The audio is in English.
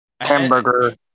Hamburger